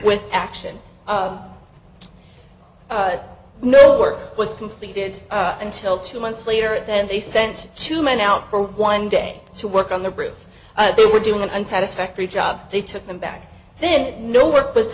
with action no work was completed until two months later then they sent two men out for one day to work on the roof they were doing and satisfactory job they took them back then no work w